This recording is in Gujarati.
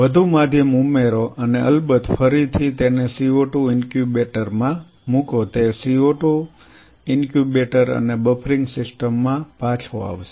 વધુ માધ્યમ ઉમેરો અને અલબત્ત ફરીથી તેને CO2 ઇન્ક્યુબેટર માં મૂકો તે CO2 ઇન્ક્યુબેટર અને બફરિંગ સિસ્ટમ માં પાછો આવશે